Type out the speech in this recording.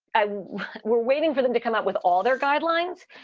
ah we're waiting for them to come out with all their guidelines.